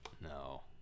No